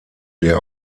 der